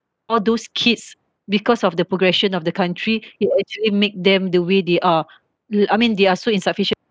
all those kids because of the progression of the country it actually make them the way they are like I mean they are so insufficient